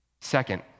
Second